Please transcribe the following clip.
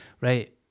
Right